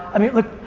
i mean look.